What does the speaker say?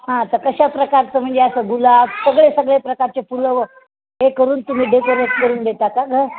हा त कशा प्रकारचं म्हणजे असं गुलाब सगळे सगळे प्रकारचे फुलं व हे करून तुम्ही डेकोरेट करून देता का घर